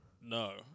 No